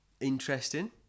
interesting